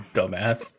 Dumbass